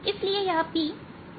इसलिए यह p y दिशा में है